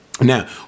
Now